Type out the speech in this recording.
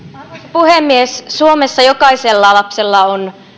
puhemies suomessa jokaisella lapsella on